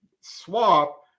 swap